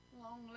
long